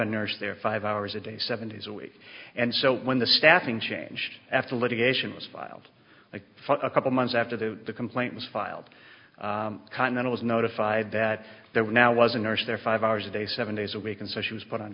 a nurse there five hours a day seven days a week and so when the staffing changed after litigation was filed for a couple months after the the complaint was filed continental was notified that there were now was a nurse there five hours a day seven days a week and so she was put on